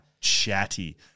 chatty